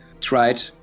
tried